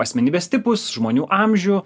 asmenybės tipus žmonių amžių